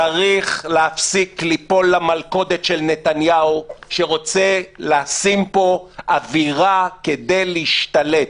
צריך להפסיק ליפול למלכודת של נתניהו שרוצה לשים פה אווירה כדי להשתלט,